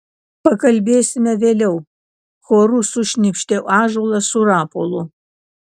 pakalbėsime vėliau choru sušnypštė ąžuolas su rapolu